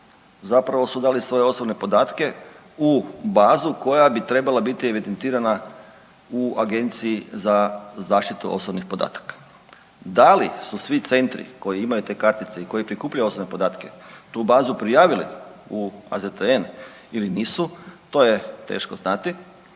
zapravo su dali svoje osobne podatke u bazu koja bi trebala biti evidentirana u Agenciji za zaštitu osobnih podataka. Da li su svi centri koji imaju te kartice i koji prikupljaju osobne podatke tu bazu prijavili u AZTN ili nisu to je teško znati.